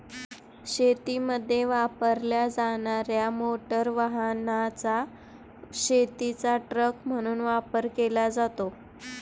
शेतीमध्ये वापरल्या जाणार्या मोटार वाहनाचा शेतीचा ट्रक म्हणून वापर केला जातो